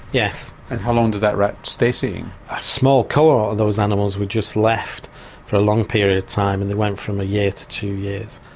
yes. and how long did that rat stay seeing? a small core of those animals were just left for a long period of time and they went from a year to two years,